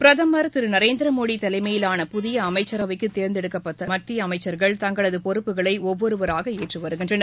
பிரதமர் திரு நரேந்திர மோடி தலைமையிலான புதிய அமைச்சரவைக்கு தேர்ந்தெடுக்கப்பட்ட மத்திய அமைச்சர்கள் தங்களது பொறுப்புகளை ஒவ்வொருவராக ஏற்று வருகின்றனர்